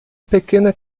pequena